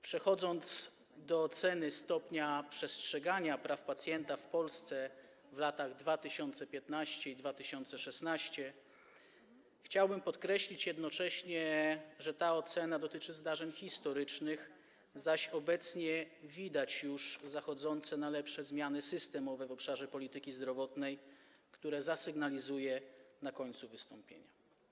Przechodząc do oceny stopnia przestrzegania praw pacjenta w Polsce w latach 2015 i 2016, chciałbym jednocześnie podkreślić, że ta ocena dotyczy zdarzeń historycznych, zaś obecnie widać już zachodzące zmiany systemowe w obszarze polityki zdrowotnej, zmiany na lepsze, które zasygnalizuję na końcu wystąpienia.